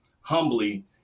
humbly